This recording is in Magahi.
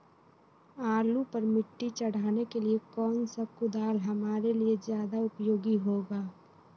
आलू पर मिट्टी चढ़ाने के लिए कौन सा कुदाल हमारे लिए ज्यादा उपयोगी होगा?